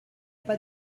pas